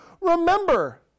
remember